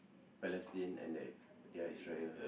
Palestine and that ya Israel